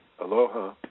Aloha